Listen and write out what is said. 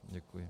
Děkuji.